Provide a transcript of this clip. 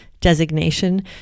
designation